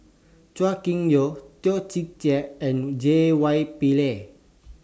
Chua Kim Yeow Toh Chin Chye and J Y Pillay